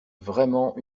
vraiment